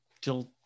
till